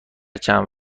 چند